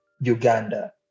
Uganda